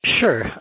Sure